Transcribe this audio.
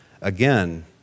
Again